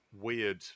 weird